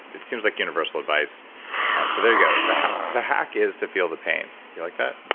it seems like universal advice so there you go. the hack the hack is to feel the pain. you like that?